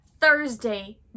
Thursday